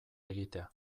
egitea